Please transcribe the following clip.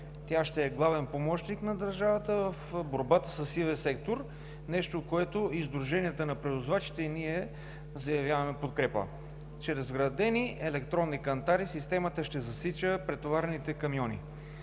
Тя ще е главен помощник на държавата в борбата със сивия сектор – нещо, за което и сдруженията на превозвачите, и ние заявяваме подкрепа. Чрез вградени електронни кантари системата ще засича претоварените камиони,